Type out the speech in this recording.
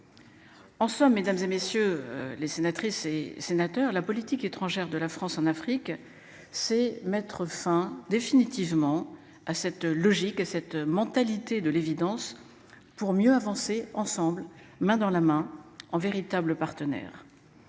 En somme, mesdames et messieurs les sénatrices et sénateurs, la politique étrangère de la France en Afrique c'est mettre fin définitivement à cette logique et cette mentalité de l'évidence pour mieux avancer ensemble, main dans la main en véritable partenaire.